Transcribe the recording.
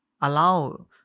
allow